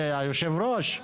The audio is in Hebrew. יושב הראש,